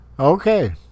Okay